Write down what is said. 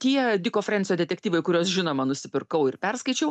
tie diko frensio detektyvai kuriuos žinoma nusipirkau ir perskaičiau